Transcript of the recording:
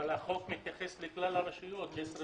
אבל החוק מתייחס לכלל הרשויות ג'סר